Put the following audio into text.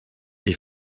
est